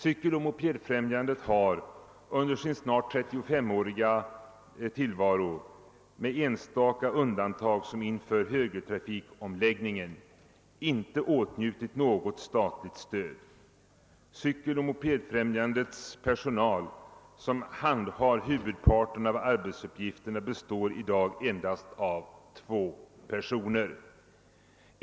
Cykeloch mopedfrämjandet har under sin snart 35-åriga tillvaro, med enstaka undantag inför högertrafikomläggningen, inte åtnjutit något statligt stöd. Den personal, som handhar huvudparten av arbetsuppgifterna, består i dag endast av två personer.